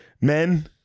Men